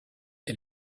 est